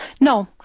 No